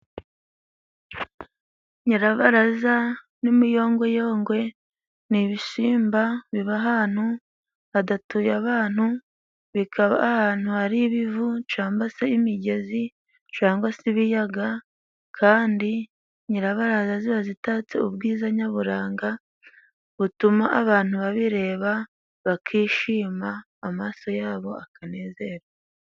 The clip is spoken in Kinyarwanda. Nyirabaraza n'imiyongoyongwe n'ibisimba biba ahantu hadatuye abantu, bikaba ahantu hari ibivu cangwa se imigezi cangwa se ibiyaga, kandi Nyirabaraza ziba zitatse ubwiza nyaburanga butuma abantu babireba bakishima amaso yabo akanezerwa.